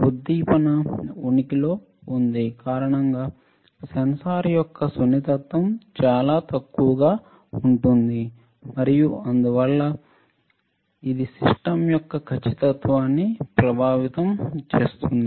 ఉద్దీపన ఉనికిలో ఉంది సాధారణంగా సెన్సార్ యొక్క సున్నితత్వం చాలా తక్కువగా ఉంటుంది మరియు అందువల్ల ఇది సిస్టమ్ యొక్క ఖచ్చితత్వన్ని ప్రభావితం చేస్తుంది